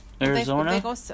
Arizona